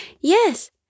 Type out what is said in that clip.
Yes